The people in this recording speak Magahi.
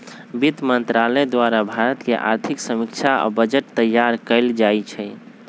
वित्त मंत्रालय द्वारे भारत के आर्थिक समीक्षा आ बजट तइयार कएल जाइ छइ